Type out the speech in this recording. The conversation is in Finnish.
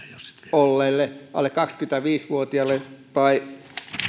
olleen alle kaksikymmentäviisi vuotiaan tai